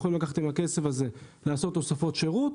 עם הכסף הזה היה אפשר לעשות תוספות שירות,